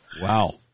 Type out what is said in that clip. Wow